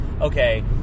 okay